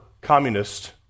communist